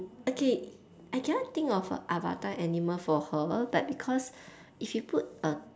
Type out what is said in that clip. okay I cannot think of a avatar animal for her but because if you put a